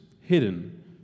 hidden